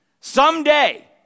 Someday